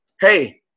Hey